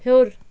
ہیوٚر